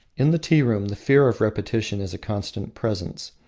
in the tea-room the fear of repetition is a constant presence.